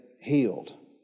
healed